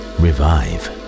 revive